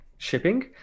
shipping